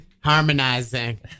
harmonizing